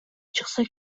чыкса